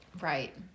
Right